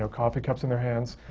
so coffee cups in their hands,